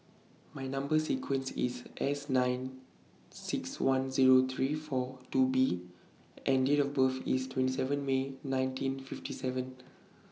My Number sequence IS S nine six one Zero three four two B and Date of birth IS twenty seven May nineteen fifty seven